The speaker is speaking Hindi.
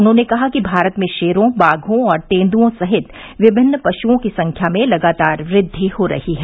उन्होंने कहा कि भारत में शेरों बाघों और तेंद्ओं सहित विभिन्न पशुओं की संख्या में लगातार वृद्धि हो रही है